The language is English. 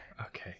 okay